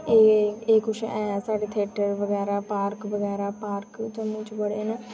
एह् कुछ ऐ साढ़े थेटर बगैरा पार्क बगैरा पार्क जम्मू च बड़े न